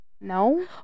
No